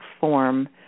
form